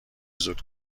زود